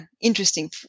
interesting